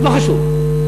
לא חשוב.